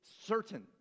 certain